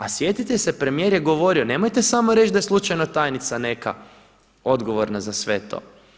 A sjetite se, premijer je govorio, nemojte samo reći da je slučajno tajnica neka odgovorna za sve to.